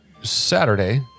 Saturday